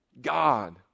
God